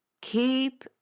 Keep